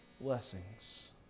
blessings